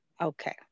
Okay